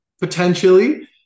potentially